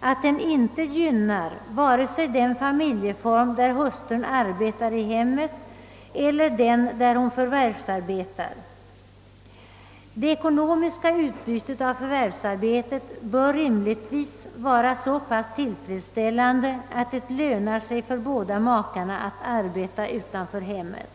att den inte gynnar vare sig den familj där hustrun arbetar i hemmet eller den där hon förvärvsarbetar. Det ekonomiska utbytet av förvärvsarbete bör rimligtvis vara så pass tillfredsställande att det lönar sig för båda makarna att arbeta utanför hemmet.